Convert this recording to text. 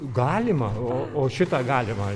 galima o o šitą galima